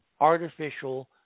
artificial